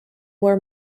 were